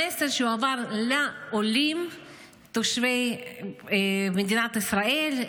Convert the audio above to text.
המסר מועבר לעולים תושבי מדינת ישראל,